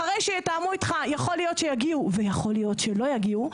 אחרי שיתאמו איתך יכול להיות שיגיעו ויכול להיות שלא יגיעו,